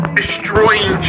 destroying